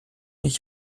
ich